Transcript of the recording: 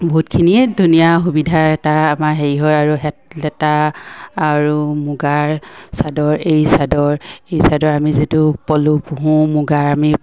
বহুতখিনিয়ে ধুনীয়া সুবিধা এটা আমাৰ হেৰি হয় আৰু লেতা আৰু মুগাৰ চাদৰ এৰী চাদৰ এৰী চাদৰ আমি যিটো পলু পুহোঁ মুগাৰ আমি